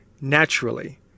naturally